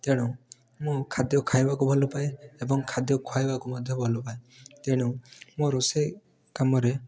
ତେଣୁ ମୁଁ ଖାଦ୍ୟ ଖାଇବାକୁ ଭଲପାଏ ଏବଂ ଖାଦ୍ୟ ଖୁଆଇବାକୁ ମଧ୍ୟ ଭଲପାଏ ତେଣୁ ମୋ ରୋଷେଇ କାମରେ